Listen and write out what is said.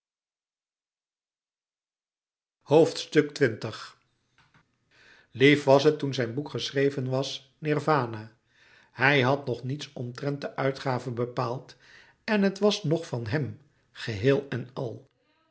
lief was het toen zijn boek geschreven was nirwana hij had nog niets omtrent de uitgave belouis couperus metamorfoze paald en het was nog van hèm geheel en al